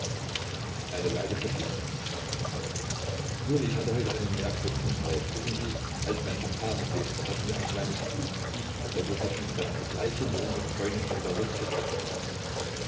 eine weile verging nun ich hatte heute einen merkwürdigen traum wissen sie als mein papa noch lebte hatten wir ein kleines gut dicht an der russischen grenze gleich hinter unsrer scheune stand der russische grenzbeamte